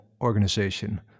organization